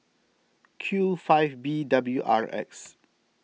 Q five B W R X